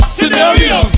Scenario